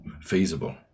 feasible